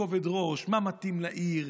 בכובד ראש: מה מתאים לעיר,